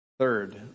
Third